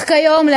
אך כיום,